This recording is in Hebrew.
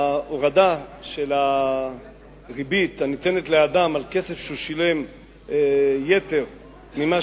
שהורדת הריבית הניתנת לאדם על כסף שהוא שילם יתר ממה